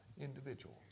individual